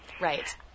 Right